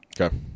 okay